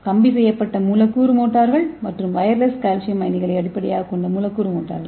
கம்பி செய்யப்பட்ட மூலக்கூறு மோட்டார்கள் மற்றும் வயர்லெஸ் கால்சியம் அயனிகளை அடிப்படையாகக் கொண்ட மூலக்கூறு மோட்டார்கள்